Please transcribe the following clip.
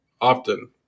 often